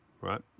right